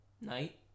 Night